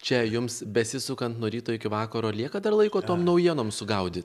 čia jums besisukant nuo ryto iki vakaro lieka dar laiko tom naujienom sugaudyt